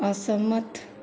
असहमत